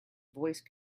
voice